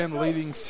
leading